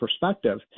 perspective